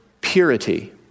purity